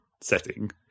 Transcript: setting